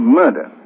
murder